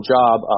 job